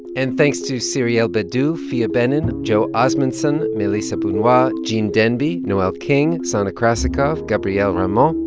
and thanks to cirielle bedoo, fia benin, joe osmondson, melissa bunoit, ah gene demby, noel king, sona krazikoff, gabrielle ramo,